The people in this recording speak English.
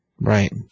Right